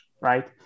right